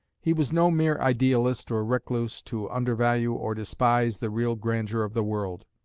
he was no mere idealist or recluse to undervalue or despise the real grandeur of the world.